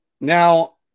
Now